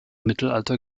mittelalter